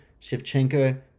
Shevchenko